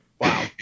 Wow